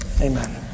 Amen